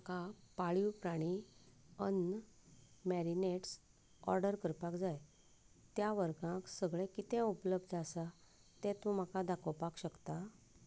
म्हाका पाळीव प्राणी अन्न मॅरिनेड्स ऑर्डर करपाक जाय त्या वर्गांत सगळें कितें उपलब्ध आसा तें तूं म्हाका दाखोपाक शकता